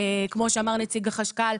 כמו שאמר נציג החשב הכללי,